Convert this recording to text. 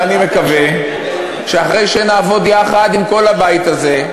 ואני מקווה שאחרי שנעבוד יחד עם כל הבית הזה,